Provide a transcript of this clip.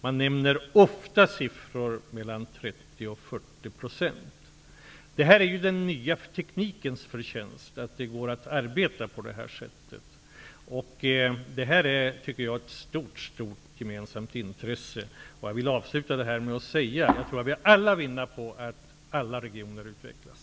Man nämner ofta siffror på Det är den nya teknikens förtjänst att det går att arbeta på detta sätt. Det är ett stort gemensamt intresse. Jag vill avslutningsvis säga att vi har allt att vinna på att alla regioner utvecklas.